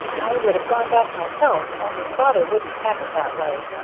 i would have gone back myself, only father wouldn't have it that way,